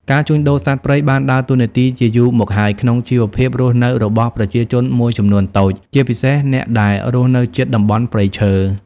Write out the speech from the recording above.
ការជួញដូរសត្វព្រៃបានដើរតួនាទីជាយូរមកហើយក្នុងជីវភាពរស់នៅរបស់ប្រជាជនមួយចំនួនតូច ជាពិសេសអ្នកដែលរស់នៅជិតតំបន់ព្រៃឈើ។